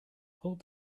hold